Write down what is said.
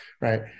right